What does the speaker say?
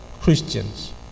Christians